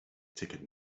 ticket